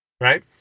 Right